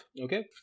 Okay